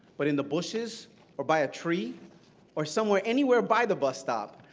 but in the bushes or by a tree or somewhere anywhere by the bus stop,